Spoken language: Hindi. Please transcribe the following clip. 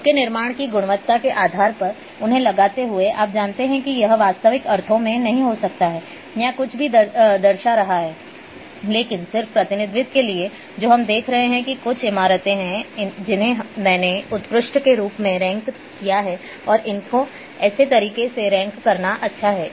उनके निर्माण की गुणवत्ता के आधार पर उन्हें लगाते हुए आप जानते हैं कि यह वास्तविक अर्थों में नहीं हो सकता है यह कुछ भी दर्शा रहा है लेकिन सिर्फ प्रतिनिधित्व के लिए और जो हम देख रहे हैं कि कुछ इमारतें हैं जिन्हें मैंने उत्कृष्ट के रूप में रैंक किया है और इनको ऐसे तरीके से रैंक करना अच्छा है